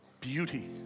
beauty